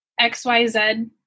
XYZ